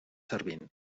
servint